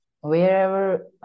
Wherever